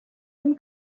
une